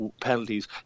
penalties